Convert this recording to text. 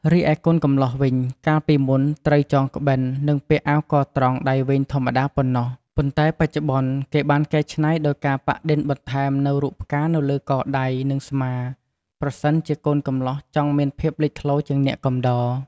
រីឯកូនកម្លោះវិញ កាលពីមុនត្រូវចងក្បិល និងពាក់អាវកត្រង់ដៃវែងធម្មតាប៉ុណ្ណោះ ប៉ុន្តែបច្ចុប្បន្ន គេបានកែច្នៃដោយការប៉ាក់ឌិនបន្ថែមនូវរូបផ្កានៅលើ កដៃ និងស្មាប្រសិនជាកូនកម្លោះចង់មានភាពលេចធ្លោជាងអ្នកកំដរ។